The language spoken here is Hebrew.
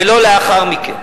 ולא לאחר מכן.